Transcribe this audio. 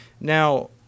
Now